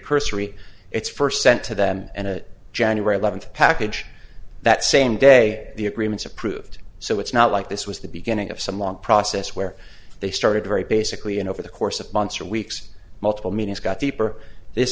precursory it's first sent to them and it january eleventh package that same day the agreements approved so it's not like this was the beginning of some long process where they started very basically and over the course of months or weeks multiple